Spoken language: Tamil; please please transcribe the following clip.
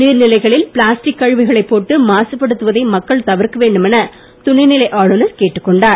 நீர் நிலைகளில் பிளாஸ்டிக் கழிவுகளைப் போட்டு மாசு படுத்துவதை மக்கள் தவிர்க்க வேண்டும் எனத் துணைநிலை ஆளுநர் கேட்டுக் கொண்டார்